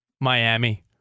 Miami